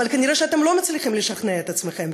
אבל כנראה אתם לא מצליחים לשכנע את עצמכם,